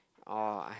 all ah